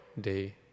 Day